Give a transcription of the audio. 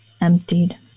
emptied